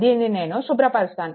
దీనిని నేను శుభ్రపరుస్తాను